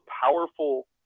powerful